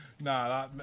No